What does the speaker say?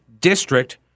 district